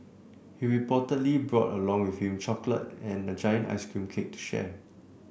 he reportedly brought along with him chocolate and a giant ice cream cake to share